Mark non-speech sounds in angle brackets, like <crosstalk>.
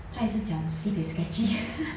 他也是讲 sibeh sketchy <laughs>